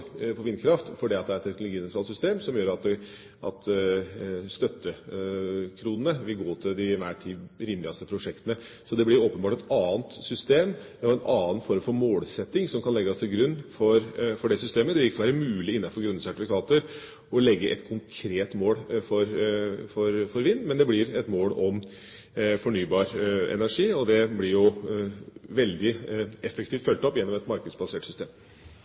vindkraft fordi det er et teknologinøytralt system, som gjør at støttekronene vil gå til de vel ti rimeligste prosjektene. Det blir åpenbart et annet system. Det er en annen form for målsetting som kan legges til grunn for det systemet. Det vil ikke være mulig innenfor grønne sertifikater å sette et konkret mål for vind, men det blir et mål om fornybar energi, og det blir veldig effektivt fulgt opp gjennom et markedsbasert system.